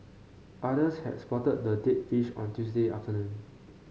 others had spotted the dead fish on Tuesday afternoon